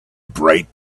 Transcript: bright